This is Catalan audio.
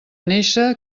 néixer